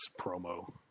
promo